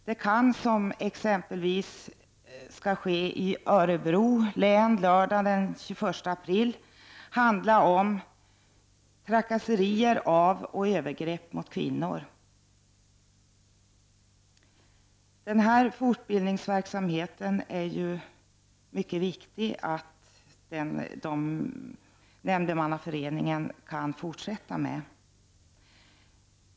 Det kan, som exempelvis i Örebro län lördagen den 21 april, handla om Trakasserier av och övergrepp mot kvinnor. Denna fortbildningsverksamhet är mycket viktig, och Nämndemännens riksförbund måste ges möjlighet att fortsätta med den.